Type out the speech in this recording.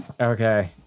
okay